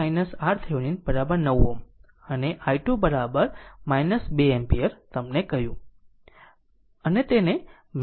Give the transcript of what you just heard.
તે પછી તેથી Voc RThevenin 9 Ω અને i2 2 એમ્પીયર તમને કહ્યું